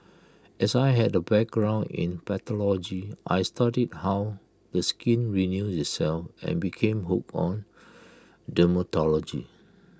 as I had A background in pathology I studied how the skin renews itself and became hooked on dermatology